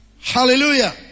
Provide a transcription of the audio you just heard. Hallelujah